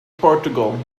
portugal